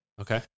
Okay